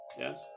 Yes